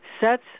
sets